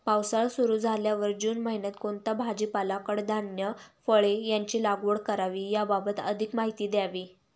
पावसाळा सुरु झाल्यावर जून महिन्यात कोणता भाजीपाला, कडधान्य, फळे यांची लागवड करावी याबाबत अधिक माहिती द्यावी?